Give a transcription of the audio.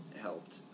helped